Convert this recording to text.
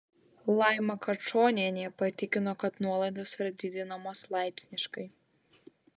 laima kačonienė patikino kad nuolaidos yra didinamos laipsniškai